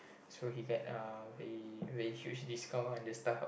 so he get uh very very huge discount under StarHub